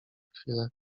chwilę